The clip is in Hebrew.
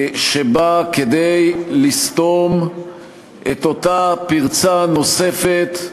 יש לנו זכות לקרוא קריאות ביניים.